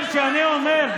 הוא צריך חיבוק ממך.